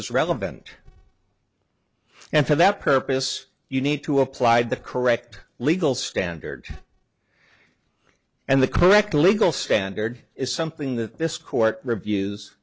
is relevant and for that purpose you need to apply the correct legal standard and the correct legal standard is something that this court reviews